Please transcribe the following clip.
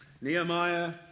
Nehemiah